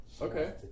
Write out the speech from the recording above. Okay